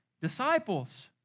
disciples